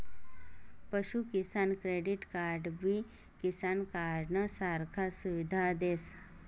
पशु किसान क्रेडिट कार्डबी किसान कार्डनं सारखा सुविधा देस